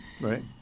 Right